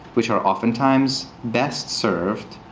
which are oftentimes best served,